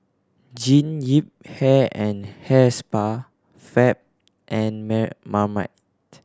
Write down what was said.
Jean Yip Hair and Hair Spa Fab and Mare Marmite